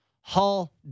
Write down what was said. Hall